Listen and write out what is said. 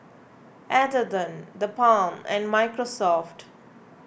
Atherton the Balm and Microsoft